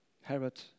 Herod